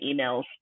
emails